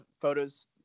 photos